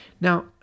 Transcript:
Now